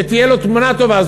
שתהיה לו תמונה טובה.